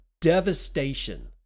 devastation